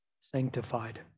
sanctified